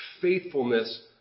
faithfulness